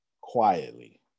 quietly